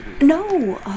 No